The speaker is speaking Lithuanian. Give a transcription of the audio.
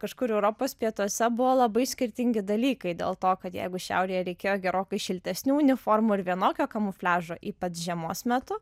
kažkur europos pietuose buvo labai skirtingi dalykai dėl to kad jeigu šiaurėje reikėjo gerokai šiltesnių uniformų ir vienokio kamufliažo ypač žiemos metu